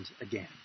again